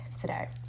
today